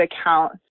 account